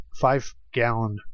five-gallon